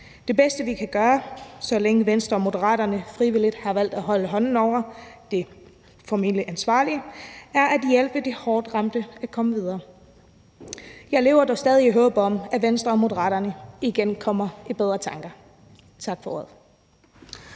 Det bedste, vi kan gøre, så længe Venstre og Moderaterne frivilligt har valgt at holde hånden over de formentlig ansvarlige, er at hjælpe de hårdt ramte med at komme videre. Jeg lever dog stadig i håbet om, at Venstre og Moderaterne igen kommer på bedre tanker. Tak for ordet.